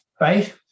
right